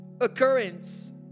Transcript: occurrence